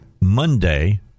Monday